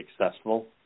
successful